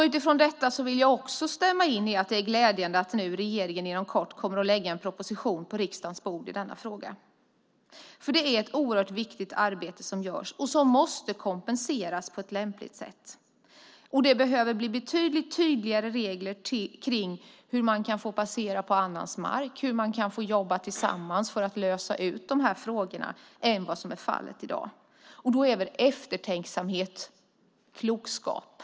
Utifrån detta vill jag också instämma i att det är glädjande att regeringen inom kort kommer att lägga fram en proposition på riksdagens bord i denna fråga. Det är nämligen ett oerhört viktigt arbete som görs och som måste kompenseras på ett lämpligt sätt. Det behöver bli betydligt tydligare regler om hur man kan få passera på annans mark och hur man kan få jobba tillsammans för att lösa dessa frågor än vad som är fallet i dag. Då är det väl bra med eftertänksamhet och klokskap?